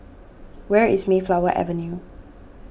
where is Mayflower Avenue